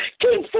Keep